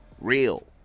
real